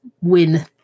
win